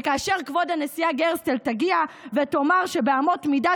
וכאשר כבוד הנשיאה גרסטל תגיע ותאמר שבאמות מידה